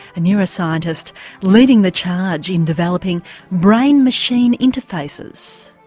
a neuroscientist leading the charge in developing brain machine interfaces.